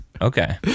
Okay